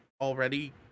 already